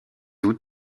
août